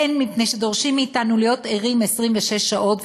הן מפני שדורשים מאתנו להיות ערים 26 שעות,